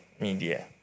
media